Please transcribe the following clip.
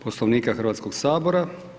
Poslovnika Hrvatskog sabora.